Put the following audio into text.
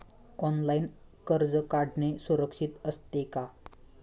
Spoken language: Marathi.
ऑनलाइन कर्ज काढणे सुरक्षित असते का?